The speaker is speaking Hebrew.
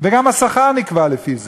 וגם השכר נקבע לפי זה.